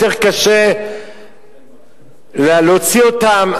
יותר קשה להוציא אותם.